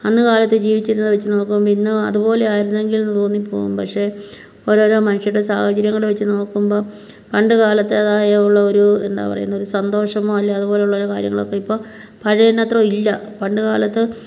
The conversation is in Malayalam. അന്ന് കാലത്ത് ജീവിച്ചിരുന്നത് വെച്ച് നോക്കുമ്പം ഇന്ന് അതുപോലെ ആയിരുന്നെങ്കിൽന്ന് തോന്നിപോവും പക്ഷേ ഓരോരോ മനുഷ്യരുടെ സാഹചര്യം കൂടെ വെച്ച് നോക്കുമ്പം പണ്ട് കാലത്തേതായ ഉള്ള ഒരു എന്താപറയുന്നൊരു സന്തോഷമോ അല്ല അതുപോലുള്ള കാര്യങ്ങളൊക്കെ ഇപ്പം പഴയതിനത്രയും ഇല്ല പണ്ട് കാലത്ത്